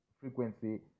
frequency